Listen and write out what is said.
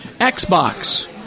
Xbox